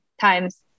times